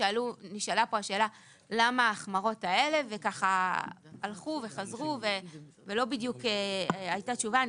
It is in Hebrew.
נשאלה פה השאלה למה ההחמרות האלה והלכו וחזרו ולא בדיוק הייתה תשובה.